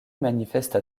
manifesta